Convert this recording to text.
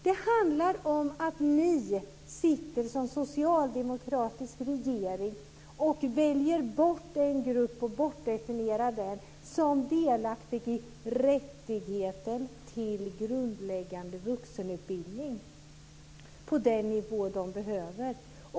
Det handlar om att den socialdemokratiska regeringen sitter och väljer bort en grupp och bortdefinierar den som delaktig i rättigheten till grundläggande vuxenutbildning på den nivå dessa människor behöver.